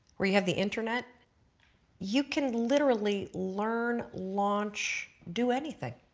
we have the internet you can literally learn, launch, do anything.